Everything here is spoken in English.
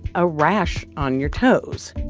a rash on your toes.